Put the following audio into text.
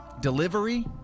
delivery